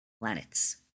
planets